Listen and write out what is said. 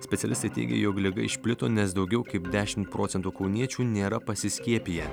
specialistai teigė jog liga išplito nes daugiau kaip dešimt procentų kauniečių nėra pasiskiepiję